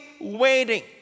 waiting